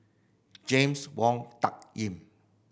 James Wong Tuck Yim